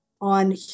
on